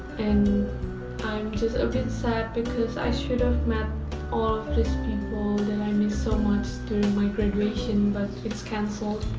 and i'm just a bit sad because i should've met all of these people that i missed so much during my graduation but it's cancelled